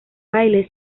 baile